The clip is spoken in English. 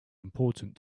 important